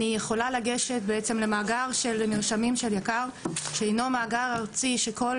אני יכולה לגשת בעצם למאגר של מרשמים של יק"ר שהינו מאגר ארצי שכל